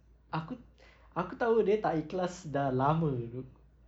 aku aku tahu dia tak ikhlas dah lama dude